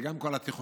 וגם כל התיכונים,